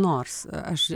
nors aš